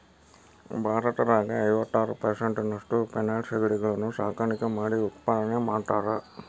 ಭಾರತದಾಗ ಐವತ್ತಾರ್ ಪೇರಿಸೆಂಟ್ನಷ್ಟ ಫೆನೈಡ್ ಸಿಗಡಿಗಳನ್ನ ಸಾಕಾಣಿಕೆ ಮಾಡಿ ಉತ್ಪಾದನೆ ಮಾಡ್ತಾರಾ